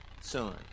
Son